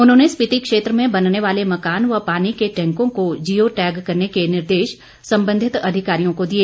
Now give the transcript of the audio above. उन्होंने स्पीति क्षेत्र में बनने वाले मकान व पानी के टैंकों को जियो टैग करने के निर्देश संबंधित अधिकारियों को दिए